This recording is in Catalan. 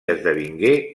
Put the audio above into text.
esdevingué